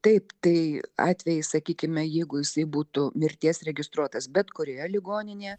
taip tai atvejis sakykime jeigu jisai būtų mirties registruotas bet kurioje ligoninėje